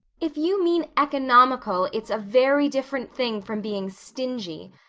if you mean economical, it's a very different thing from being stingy.